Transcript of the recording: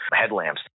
headlamps